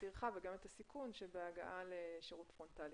הטרחה וגם את הסיכון שבהגעה לשירות פרונטלי.